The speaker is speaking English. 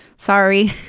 sorry.